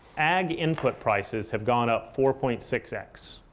ag input prices have gone up four point six x.